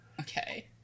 Okay